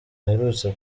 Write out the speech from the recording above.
aherutse